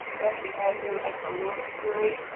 rushing at her like a little fury.